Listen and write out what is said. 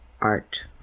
Art